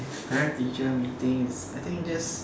parent teacher meeting I think this